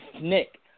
Nick